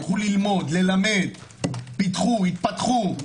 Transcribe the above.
הלכו ללמוד, ללמד, פתחו, התפתחו.